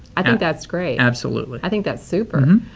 i think that's great. absolutely. i think that's super.